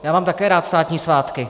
Já mám také rád státní svátky.